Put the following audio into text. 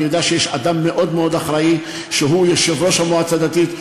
אני יודע שיש אדם מאוד מאוד אחראי שהוא יושב-ראש המועצה הדתית.